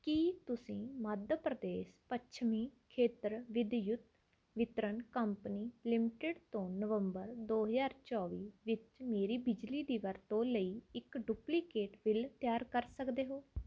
ਕੀ ਤੁਸੀਂ ਮੱਧ ਪ੍ਰਦੇਸ਼ ਪੱਛਮੀ ਖੇਤਰ ਵਿਦਯੁਤ ਵਿਤਰਨ ਕੰਪਨੀ ਲਿਮਟਿਡ ਤੋਂ ਨਵੰਬਰ ਦੋ ਹਜ਼ਾਰ ਚੌਵੀ ਵਿੱਚ ਮੇਰੀ ਬਿਜਲੀ ਦੀ ਵਰਤੋਂ ਲਈ ਇੱਕ ਡੁਪਲੀਕੇਟ ਬਿੱਲ ਤਿਆਰ ਕਰ ਸਕਦੇ ਹੋ